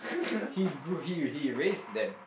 he grew he he raise them